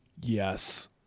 Yes